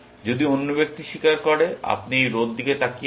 যদি অন্য ব্যক্তি স্বীকার করে আপনি এই রো এর দিকে তাকিয়ে আছেন